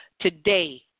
Today